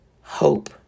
hope